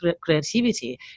creativity